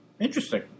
Interesting